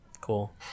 cool